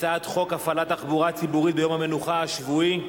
הצעת חוק הפעלת תחבורה ציבורית ביום המנוחה השבועי,